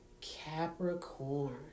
capricorn